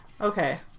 Okay